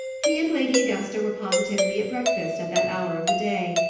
he and lady augusta were positively at breakfast at that hour of the day.